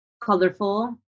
colorful